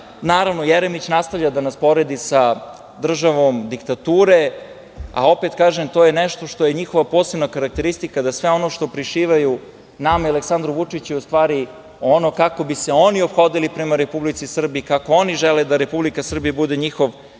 vidimo. Naravno, Jeremić nastavlja da nas poredi sa državom diktature, a opet, kažem, to je nešto što je njihova posebna karakteristika, da sve ono što prišivaju nama i Aleksandru Vučiću je u stvari ono kako bi se oni ophodili prema Republici Srbiji, kako oni žele da Republika Srbija bude njihov privatni